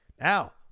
Now